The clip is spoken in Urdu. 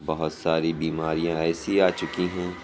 بہت ساری بیماریاں ایسی آ چکی ہیں